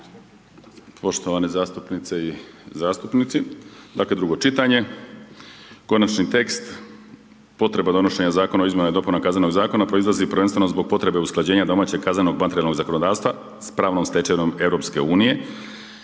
poštovane zastupnice i zastupnici. Dakle drugo čitanje, konačni tekst, potreba donošenja Zakona o izmjenama i dopunama Kaznenog zakona proizlazi prvenstveno zbog potrebe usklađenja domaćeg kaznenog materijalnog zakonodavstva sa pravnom stečevinom EU i s tim